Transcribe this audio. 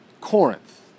Corinth